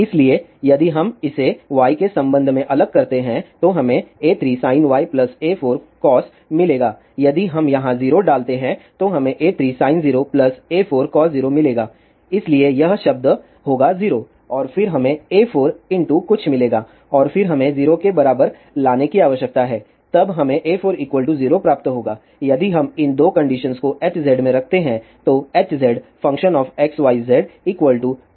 इसलिए यदि हम इसे y के संबंध में अलग करते हैं तो हमें A3 sin y A4 cos मिलेगा और यदि हम यहां 0 डालते हैं तो हमें A3 sin 0 A4 cos 0 मिलेगा इसलिए यह शब्द होगा 0 और फिर हमें A4 कुछ मिलेगा और फिर हमें 0 के बराबर बनाने की आवश्यकता है तब हमें A4 0 प्राप्त होगा यदि हम इन 2 कंडीशन को Hz में रखते हैं तो Hzxyzcoskxx cos⁡e γz